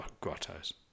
grottos